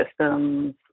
systems